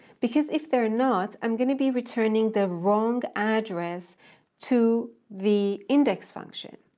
because if they're not, i'm going to be returning the wrong address to the index function.